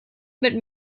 mit